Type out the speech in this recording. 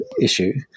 issue